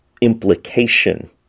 implication